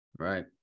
right